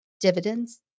dividends